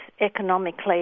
economically